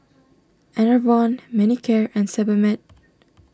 Enervon Manicare and Sebamed